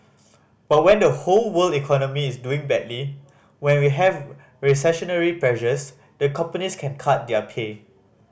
but when the whole world economy is doing badly when we have recessionary pressures the companies can cut their pay